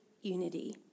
unity